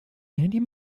andy